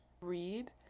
read